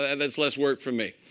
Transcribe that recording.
ah that's less work for me.